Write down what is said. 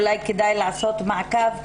אולי כדאי לעשות מעקב,